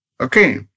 Okay